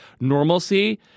normalcy